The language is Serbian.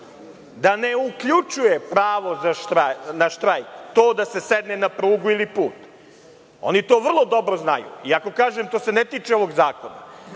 da ne uključuje pravo na štrajk to da se sedne na prugu ili put. Oni to vrlo dobro znaju, iako kažem, to se ne tiče ovog zakona,